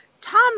Tom